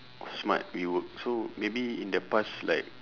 smart you work so maybe in the past like